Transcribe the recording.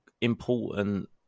important